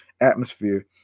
atmosphere